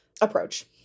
approach